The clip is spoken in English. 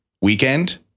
weekend